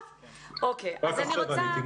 רק עכשיו עליתי.